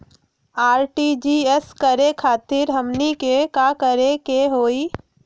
RTGS करे खातीर हमनी के का करे के हो ई?